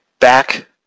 back